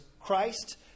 Christ